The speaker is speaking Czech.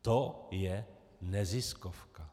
To je neziskovka.